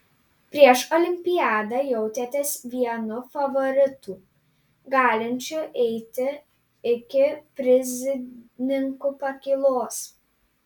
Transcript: prieš olimpiadą jautėtės vienu favoritų galinčiu eiti iki prizininkų pakylos